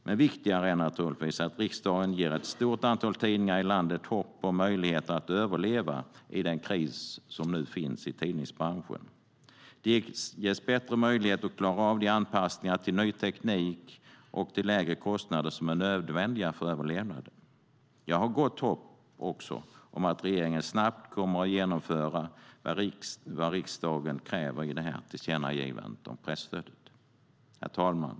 Men viktigare är naturligtvis att riksdagen ger ett stort antal tidningar i landet hopp om möjligheter att överleva den kris som nu finns i tidningsbranschen. De ges bättre möjligheter att klara av de anpassningar till ny teknik och lägre kostnader som är nödvändiga för överlevnaden. Herr talman!